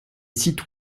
sites